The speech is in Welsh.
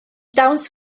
dawns